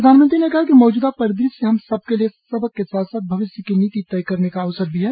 प्रधानमंत्री ने कहा कि मौजूदा परिदृश्य हम सब के लिए सबक के साथ साथ भविष्य की नीति तय करने का अवसर भी है